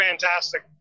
fantastic